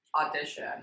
audition